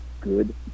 good